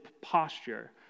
posture